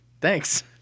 Thanks